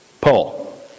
Paul